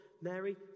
mary